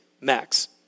Max